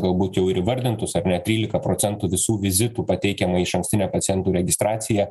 galbūt jau ir įvardintus ar ne trylika procentų visų vizitų pateikiama išankstine pacientų registracija